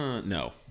No